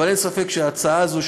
אבל אין ספק שההצעה הזאת,